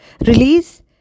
Release